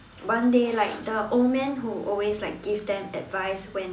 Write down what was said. one day like the old man who always like gave them advice when